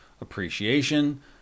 appreciation